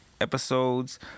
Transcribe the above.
episodes